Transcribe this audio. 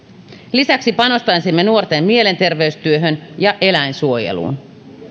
lisäksi panostaisimme nuorten mielenterveystyöhön ja eläinsuojeluun